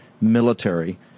military